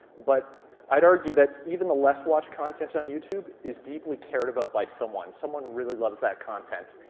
but i'd argue that even the less watched content on youtube is deeply cared about by someone, someone really loves that content.